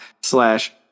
slash